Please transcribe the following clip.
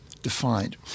defined